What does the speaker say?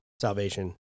salvation